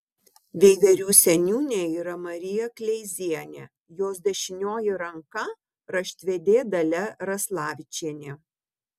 veiverių seniūnė yra marija kleizienė jos dešinioji ranka raštvedė dalia raslavičienė